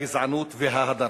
הגזענות וההדרה.